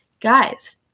guys